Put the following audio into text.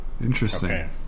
Interesting